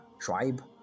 tribe